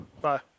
Bye